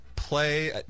play